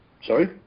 Sorry